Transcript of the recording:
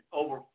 over